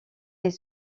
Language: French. est